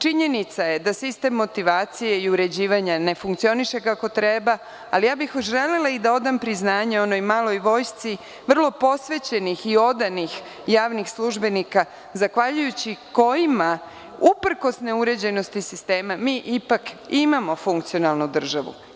Činjenica je da sistem motivacije i uređivanja ne funkcioniše kako treba, ali ja bih želela i da odam priznanje onoj maloj vojsci vrlo posvećenih i odanih javnih službenika, zahvaljujući kojima, uprkos neuređenosti sistema, mi ipak imamo funkcionalnu državu.